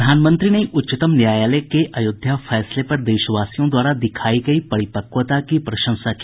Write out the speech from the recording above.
प्रधानमंत्री ने उच्चतम न्यायालय के अयोध्या फैसले पर देशवासियों द्वारा दिखाई गई परिपक्वता की प्रशंसा की